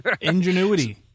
Ingenuity